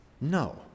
No